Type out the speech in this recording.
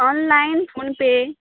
on line phone pay